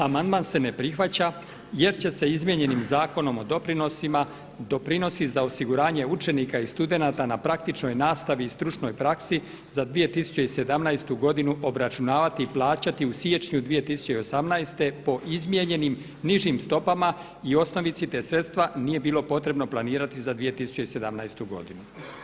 Amandman se ne prihvaća jer će se izmijenjenim Zakonom o doprinosima doprinosi za osiguranje učenika i studenata na praktičnoj nastavi i stručnoj praksi za 2017. godinu obračunavati i plaćati u siječnju 2018. po izmijenjenim nižim stopama i osnovici te sredstva nije bilo potrebno planirati za 2017. godinu.